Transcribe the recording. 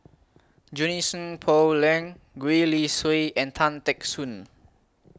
Junie Sng Poh Leng Gwee Li Sui and Tan Teck Soon